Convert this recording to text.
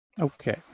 Okay